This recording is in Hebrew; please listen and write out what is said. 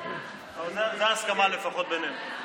זאת ההסכמה, לפחות בינינו.